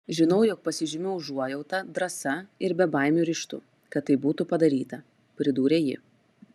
žinau jog pasižymiu užuojauta drąsa ir bebaimiu ryžtu kad tai būtų padaryta pridūrė ji